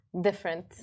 different